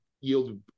yield